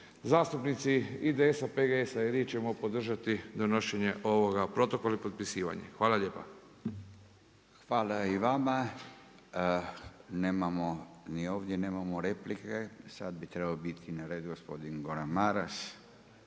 zastupnici IDS-a, PGS-a i RI ćemo podržati donošenje ovog protokola i potpisivanje. Hvala lijepa. **Radin, Furio (Nezavisni)** Hvala i vama. Nemamo replike. Sada bi trebao biti na redu gospodin Goran Maras,